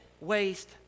waste